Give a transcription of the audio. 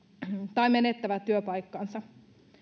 tai menettävät työpaikkansa